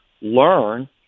learn